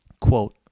Quote